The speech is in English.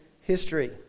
history